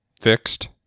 fixed